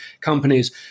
companies